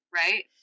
right